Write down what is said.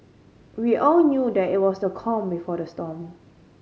we all knew that it was the calm before the storm